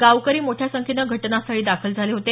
गावकरी मोठ्या संख्येनं घटनास्थळी दाखल झाले होते